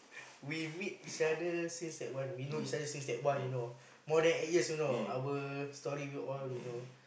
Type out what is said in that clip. we meet each other since that one we know each other since that one you know more eight years you know our story we all we know